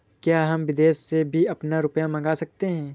क्या हम विदेश से भी अपना रुपया मंगा सकते हैं?